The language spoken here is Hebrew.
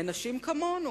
הן נשים כמונו,